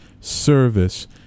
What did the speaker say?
service